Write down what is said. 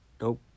nope